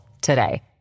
today